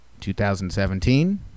2017